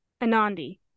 Anandi